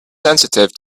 sensitive